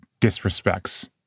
disrespects